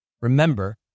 Remember